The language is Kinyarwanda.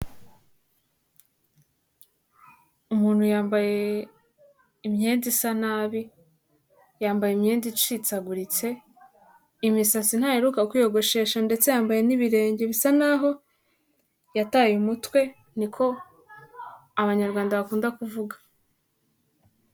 Umuntu yambaye imyenda isa nabi, yambaye imyenda icikaguritse, imisatsi ntaheruka kwiyogoshesha ndetse yambaye n'ibirenge bisa naho yataye umutwe, ni ko Abanyarwanda bakunda kuvuga.